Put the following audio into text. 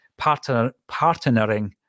partnering